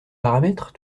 paramètres